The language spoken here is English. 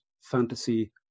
fantasy